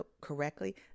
correctly